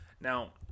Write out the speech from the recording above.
Now